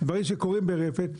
דברים שקורים ברפת.